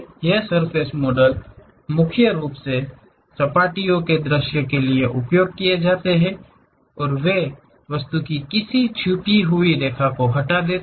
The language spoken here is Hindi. ये सर्फ़ेस मॉडल मुख्य रूप से सपाटीओ के दृश्य के लिए उपयोग किए जाते हैं और वे उस वस्तु की किसी छिपी हुई रेखा को हटा देते हैं